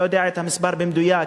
אני לא יודע את המספר המדויק,